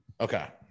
okay